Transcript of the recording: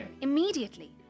Immediately